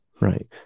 Right